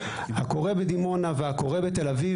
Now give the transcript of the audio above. הקורא בדימונה והקורא בתל-אביב,